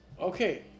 Okay